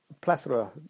plethora